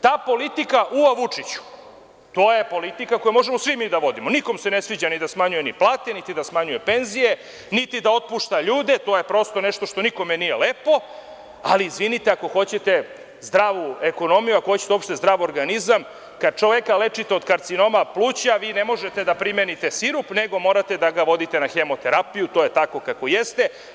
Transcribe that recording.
Ta politika „ua Vučiću“, to je politika koju možemo svi mi da vodimo, nikome se ne sviđa ni da smanjuje plate, niti da smanjuje penzije, niti da otpušta ljude, to je prosto nešto što nikome nije lepo, ali izvinite, ako hoćete zdravu ekonomiju, ako hoćete uopšte zdrav organizam, kad čoveka lečite od karcinoma pluća, vi ne možete da primenite sirup, nego morate da ga vodite na hemoterapiju, to je tako kako jeste.